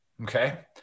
okay